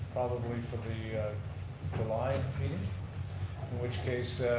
probably for the july meeting. in which case,